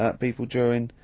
ah people during,